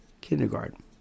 kindergarten